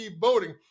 voting